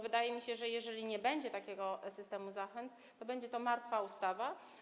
Wydaje mi się, że jeżeli nie będzie takiego systemu zachęt, to będzie to martwa ustawa.